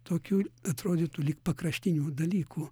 tokių atrodytų lyg pakraštinių dalykų